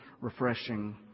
refreshing